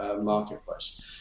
marketplace